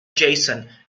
jason